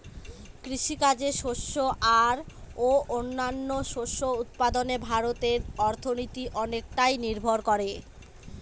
কৃষিকাজে শস্য আর ও অন্যান্য শস্য উৎপাদনে ভারতের অর্থনীতি অনেকটাই নির্ভর করে